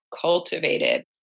cultivated